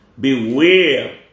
beware